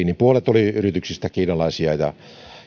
niin puolet yrityksistä oli kiinalaisia ja